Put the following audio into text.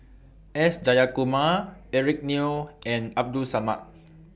S Jayakumar Eric Neo and Abdul Samad